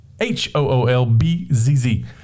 H-O-O-L-B-Z-Z